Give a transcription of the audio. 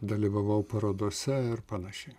dalyvavau parodose ir panašiai